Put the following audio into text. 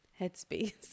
headspace